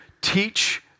teach